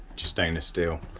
stainless steel